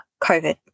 COVID